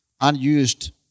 Unused